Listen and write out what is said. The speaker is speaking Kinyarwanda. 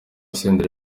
senderi